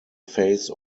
face